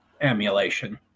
emulation